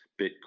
Bitcoin